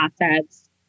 assets